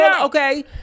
Okay